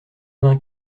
vingt